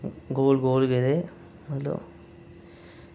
गोल गोल जेह्ड़े मतलब